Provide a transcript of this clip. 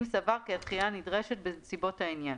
אם סבר כי הדחייה נדרשת בנסיבות העניין.